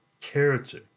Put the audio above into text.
character